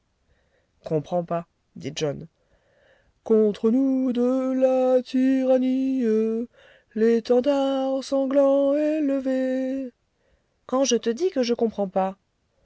comprends pas dit john contre nous de la tyrannie l'étendard sanglant est levé quand je te dis que je comprends pas